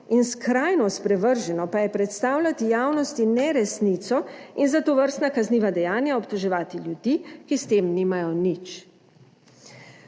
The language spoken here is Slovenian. in skrajno sprevrženo pa je predstavljati javnosti neresnico in za tovrstna kazniva dejanja obtoževati ljudi, ki s tem nimajo nič.